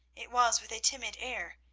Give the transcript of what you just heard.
it was with a timid air,